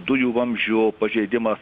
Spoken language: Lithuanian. dujų vamzdžių pažeidimas